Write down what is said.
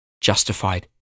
justified